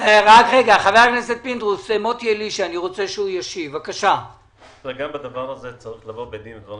אני רוצה להתחיל בזה שאמר לי ערן יעקב,